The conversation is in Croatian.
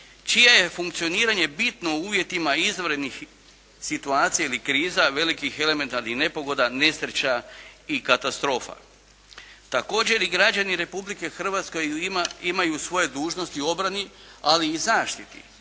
čije je funkcioniranje bitno u uvjetima izvanrednih situacija ili kriza, velikih elementarnih nepogoda, nesreća i katastrofa. Također, i građani Republike Hrvatske imaju svoje dužnosti u obrani, ali i zaštiti.